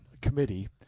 committee